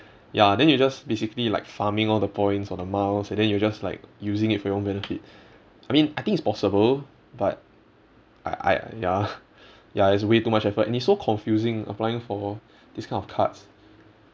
ya then you just basically like farming all the points or the miles and then you're just like using it for your own benefit I mean I think it's possible but I I ya ya it's way too much effort and it's so confusing applying for these kind of cards